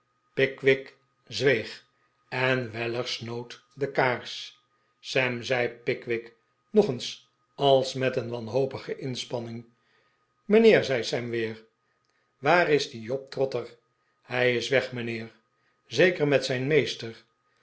pickwick zweeg en weller snoot de kaars sam r zei pickwick nog eens als met een wanhopige inspanning mijnheer zei sam weer waar is die job trotter hij is weg mijnheer zeker met zijn meester